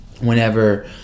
whenever